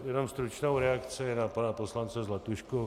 Jenom stručnou reakci na pana poslance Zlatušku.